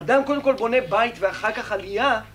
אדם קודם כל בונה בית ואחר כך עלייה